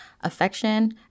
affection